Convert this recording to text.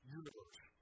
universe